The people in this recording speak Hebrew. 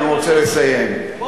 אני רוצה לסיים, רבותי,